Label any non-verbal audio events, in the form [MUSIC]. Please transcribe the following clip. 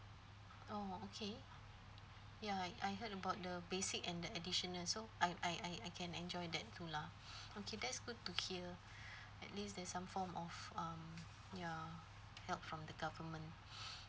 oh okay ya I I heard about the basic and the additional so I I I I can enjoy that too lah okay that's good to hear at least there's some form of um ya help from the government [NOISE]